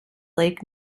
lake